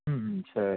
ம் ம் சரி